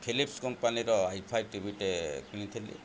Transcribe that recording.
Phillips କମ୍ପାନୀର ଆଇ ଫାଇ ଟିଭିଟେ କିଣିଥିଲି